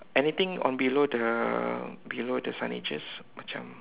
anything on below the below the signages macam